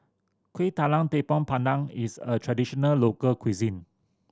Kuih Talam Tepong Pandan is a traditional local cuisine